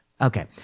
Okay